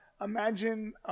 Imagine